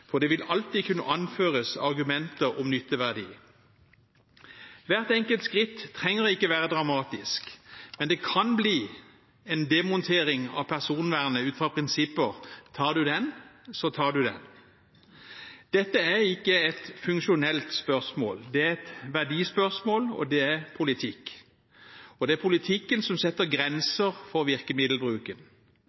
for det vil alltid kunne anføres argumenter om nytteverdi. Hvert enkelt skritt trenger ikke være dramatisk, men det kan bli en demontering av personvernet ut fra prinsippet «tar du den, så tar du den». Dette er ikke et funksjonelt spørsmål. Det er et verdispørsmål, og det er politikk. Det er politikken som setter grenser for virkemiddelbruken.